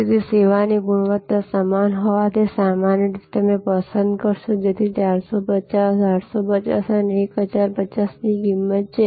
તેથી સેવાની ગુણવત્તા સમાન હોવાથી સામાન્ય રીતે તમે પસંદ કરશો તેથી 450 850 અને 1050 ની કિંમત છે